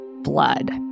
Blood